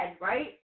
right